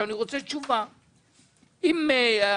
אני רוצה לדעת אם יש